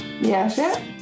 Yes